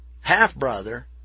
half-brother